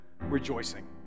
rejoicing